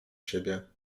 siebie